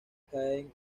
caen